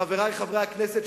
חברי חברי הכנסת,